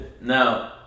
Now